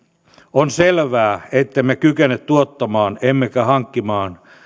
on selvää ettemme kykene tuottamaan emmekä hankkimaan